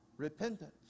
repentance